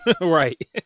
Right